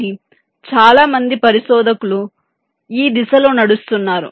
కానీ చాలా మంది పరిశోధకులు ఈ దిశలో నడుస్తున్నారు